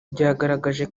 ryagaragaje